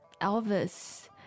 Elvis